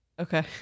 Okay